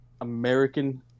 American